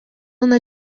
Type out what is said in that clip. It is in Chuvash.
ӑна